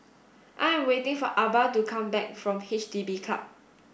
I am waiting for Arba to come back from H D B Hub